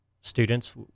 students